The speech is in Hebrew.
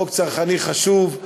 זה חוק צרכני חשוב,